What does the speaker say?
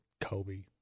Kobe